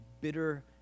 bitter